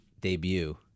debut